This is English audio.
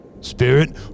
Spirit